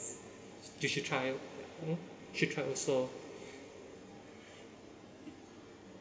you should try it mm you should try also